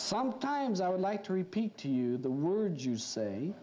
sometimes i would like to repeat to you the words you say